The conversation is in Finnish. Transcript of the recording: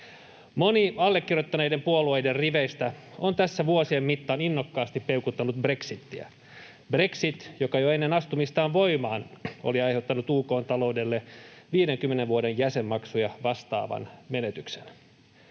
Moni allekirjoittaneiden puolueiden riveistä on tässä vuosien mittaan innokkaasti peukuttanut brexitiä. Brexit, joka jo ennen astumistaan voimaan oli aiheuttanut UK:n taloudelle 50 vuoden jäsenmaksuja vastaavan menetyksen.